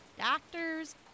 Doctors